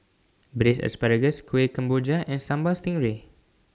Braised Asparagus Kueh Kemboja and Sambal Stingray